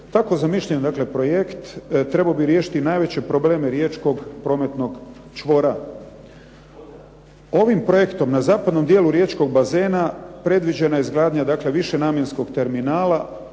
Tako zamišljen projekt trebao bi riješiti najveće probleme riječkog prometnog čvora. Ovim projektom na zapadnom dijelu riječkog bazena predviđena je izgradnja višenamjenskog terminala